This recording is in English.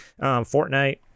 Fortnite